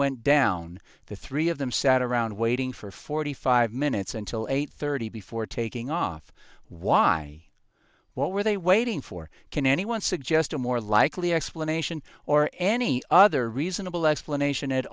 went down the three of them sat around waiting for forty five minutes until eight thirty before taking off why what were they waiting for can anyone suggest a more likely explanation or any other reasonable explanation at